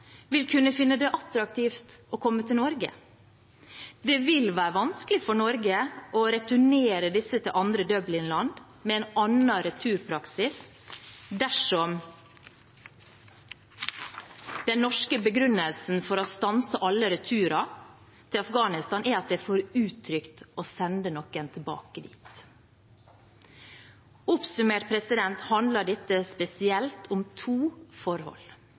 vil kunne finne det attraktivt å komme til Norge. Det vil være vanskelig for Norge å returnere disse til andre Dublin-land med en annen returpraksis, dersom den norske begrunnelsen for å stanse alle returer til Afghanistan er at det er for utrygt å sende noen tilbake dit. Oppsummert handler dette om spesielt to forhold: